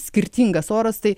skirtingas oras tai